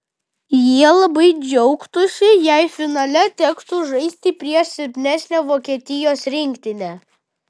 jie labai džiaugtųsi jei finale tektų žaisti prieš silpnesnę vokietijos rinktinę